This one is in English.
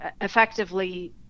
effectively